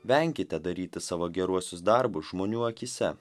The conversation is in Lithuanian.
venkite daryti savo geruosius darbus žmonių akyse